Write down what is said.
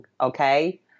okay